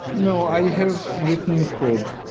no. i have written code.